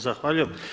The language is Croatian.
Zahvaljujem.